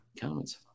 Comments